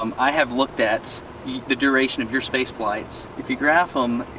um i have looked at the duration of your space flights. if you graph them,